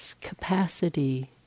capacity